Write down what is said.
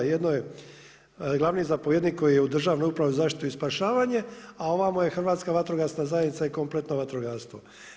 Jedno je glavni zapovjednik koji je u Državnoj upravi za zaštitu i spašavanje, a ovamo je Hrvatska vatrogasna zajednica i kompletno vatrogastvo.